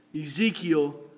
Ezekiel